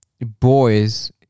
boys